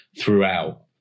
throughout